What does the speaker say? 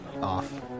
off